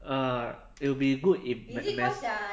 uh it will be good if me~ mes~